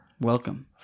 Welcome